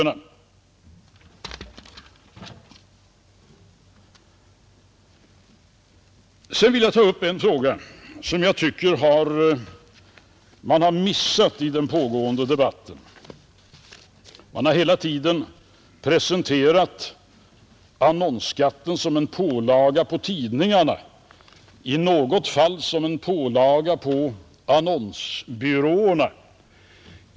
Jag vill också ta upp en fråga som jag tycker att man har missat i den pågående debatten. Man har hela tiden presenterat annonsskatten som en pålaga på tidningarna och i något fall som en pålaga på annonsbyråerna.